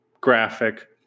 graphic